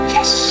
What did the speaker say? Yes